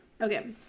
Okay